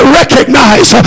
recognize